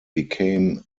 became